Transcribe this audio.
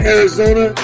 Arizona